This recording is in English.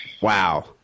wow